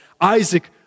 Isaac